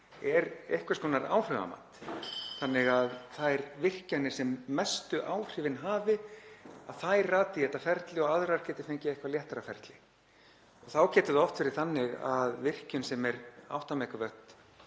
er einhvers konar áhrifamat þannig að þær virkjanir sem mestu áhrifin hafi rati í þetta ferli og aðrar geti fengið eitthvert léttara ferli. Þá getur það oft verið þannig að virkjun sem er 8 MW getur